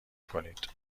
کنید